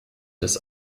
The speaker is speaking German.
das